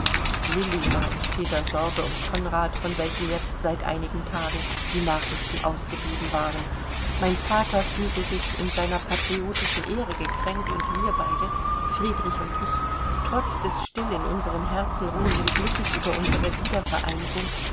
lilli war in steter sorge um konrad von welchem jetzt seit einigen tagen die nachrichten ausgeblieben waren mein vater fühlte sich in seiner patriotischen ehre gekränkt und wir beide friedrich und ich trotz des still in unseren herzen ruhenden glückes über unsere wiedervereinigung